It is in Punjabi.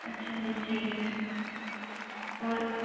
ਅੱਛਾ ਜੀ ਠੀਕ ਹੈ ਜੀ ਔਰ